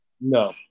no